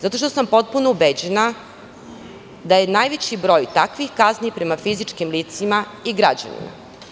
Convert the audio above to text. Zato što sam potpuno ubeđena da je najveći broj takvih kazni prema fizičkim licima i građanima.